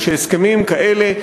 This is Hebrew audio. ושהסכמים כאלה,